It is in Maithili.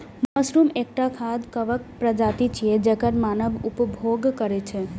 मशरूम एकटा खाद्य कवक प्रजाति छियै, जेकर मानव उपभोग करै छै